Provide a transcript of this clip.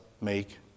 make